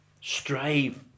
Strive